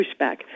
pushback